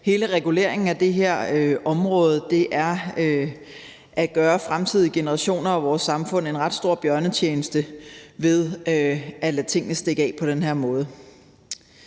hele reguleringen af det her område gør fremtidige generationer og vores samfund en ret stor bjørnetjeneste ved at lade tingen stikke af på den her måde.